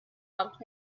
helped